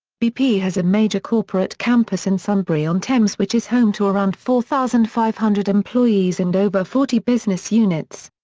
bp has a major corporate campus in sunbury-on-thames which is home to around four thousand five hundred employees and over forty business units.